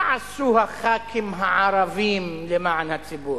מה עשו הח"כים הערבים למען הציבור?